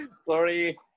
Sorry